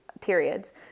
periods